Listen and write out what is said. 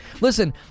Listen